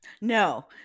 No